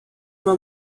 uma